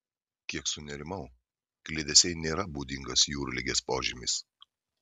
kiek sunerimau kliedesiai nėra būdingas jūrligės požymis